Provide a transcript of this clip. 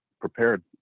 prepared